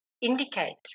indicate